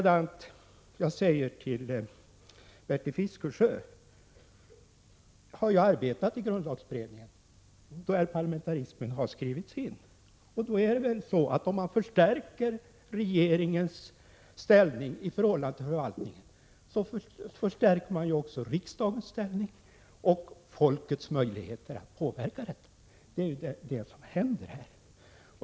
Jag vill också säga till Bertil Fiskesjö att han själv har arbetat för detta i grundlagberedningen, där han har medverkat till att parlamentarismen har skrivits in i grundlagen. Om man förstärker regeringens ställning i förhållande till förvaltningen, förstärker man ju också riksdagens ställning och folkets möjligheter att påverka. Det är ju vad som händer.